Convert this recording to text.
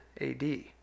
AD